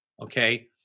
okay